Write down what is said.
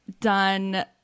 done